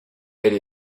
elle